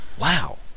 Wow